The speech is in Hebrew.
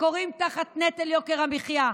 שכורעים תחת נטל יוקר המחיה,